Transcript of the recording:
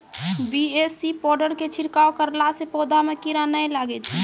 BAC powder के छिड़काव करला से पौधा मे कीड़ा नैय लागै छै?